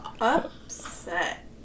Upset